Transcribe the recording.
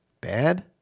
Bad